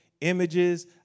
images